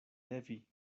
levi